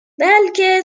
بلکه